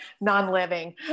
non-living